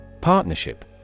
Partnership